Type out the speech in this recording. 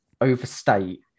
overstate